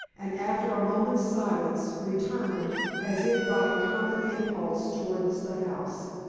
and after a moment's silence returned as if by a common impulse towards the house.